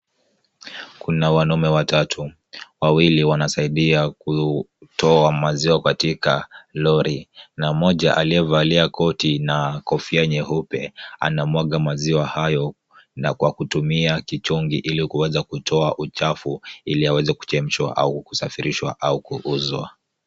Kuna wanaume watatu. Wawili wanasaidia kutoa maziwa katika lori na mmoja aliyevalia koti na kofia nyeupe anamwaga maziwa hayo na kwa kutumia kichungi ili kuweza kutoa uchafu ili yaweze kuchemshwa au kusafirishwa au kuuzwa.